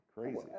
crazy